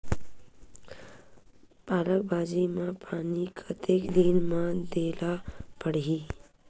पालक भाजी म पानी कतेक दिन म देला पढ़ही?